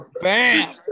bam